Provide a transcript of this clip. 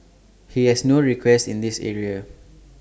he has no request in this area